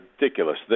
ridiculous